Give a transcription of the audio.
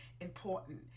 important